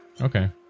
Okay